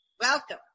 Welcome